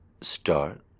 start